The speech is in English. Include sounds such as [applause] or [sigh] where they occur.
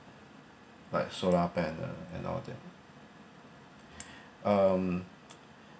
by solar panel and all that [breath] um